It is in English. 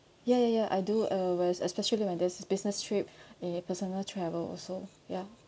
ya ya ya I do uh when especially when there's business trip and personal travel also ya